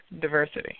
diversity